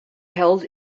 held